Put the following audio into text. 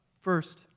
first